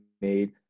made